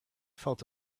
felt